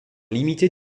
limitées